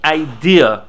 idea